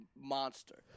monster